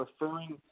Referring